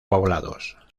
poblados